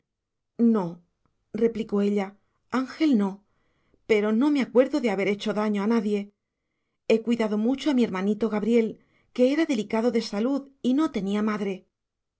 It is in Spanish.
no replicó ella ángel no pero no me acuerdo de haber hecho daño a nadie he cuidado mucho a mi hermanito gabriel que era delicado de salud y no tenía madre